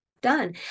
done